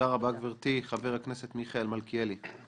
וייאמר לזכותך שאתה אחד מחברי הכנסת הפעילים בנושא הזה.